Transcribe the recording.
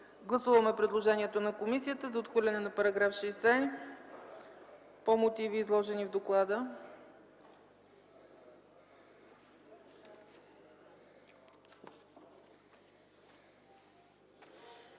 Гласуваме предложението на комисията за отхвърляне на § 60 по мотиви, изложени в доклада.